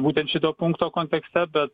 būtent šito punkto kontekste bet